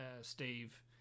Steve